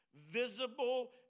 visible